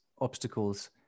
obstacles